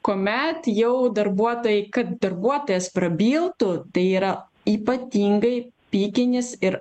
kuomet jau darbuotojai kad darbuotojas prabiltų tai yra ypatingai pikinis ir